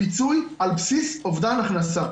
פיצוי על בסיס אובדן הכנסה.